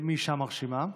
מאישה מרשימה.